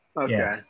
Okay